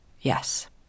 Yes